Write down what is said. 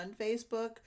Facebook